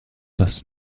das